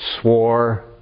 swore